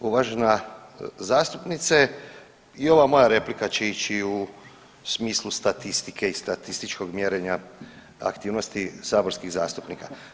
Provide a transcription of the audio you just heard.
Uvažena zastupnice i ova moja replika će ići u smislu statistike i statističkog mjerenja aktivnosti saborskih zastupnika.